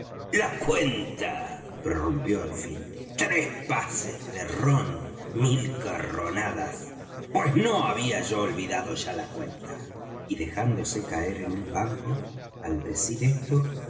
la cuenta prorrumpió al fin tres pases de rom mil carronadas pues no había yo olvidado ya la cuenta y dejándose caer en un banco al decir esto